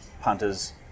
punters